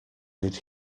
did